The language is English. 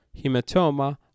hematoma